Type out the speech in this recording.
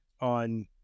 on